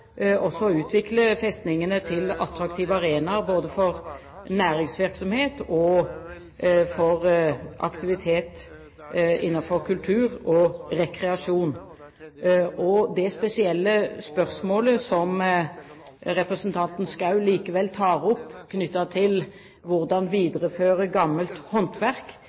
utvikle festningene til attraktive arenaer både for næringsvirksomhet og for aktivitet innenfor kultur og rekreasjon. Det spesielle spørsmålet som representanten Schou tar opp knyttet til det å videreføre gammelt håndverk,